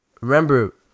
Remember